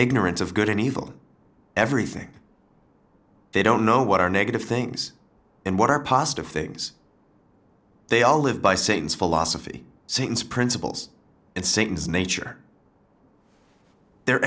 ignorance of good and evil everything they don't know what are negative things and what are positive things they all live by sayings philosophy sayings principles and sings nature they're